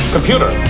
Computer